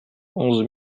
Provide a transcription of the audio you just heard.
onze